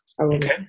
okay